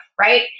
right